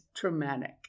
traumatic